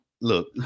Look